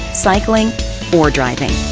cycling or driving,